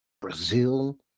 Brazil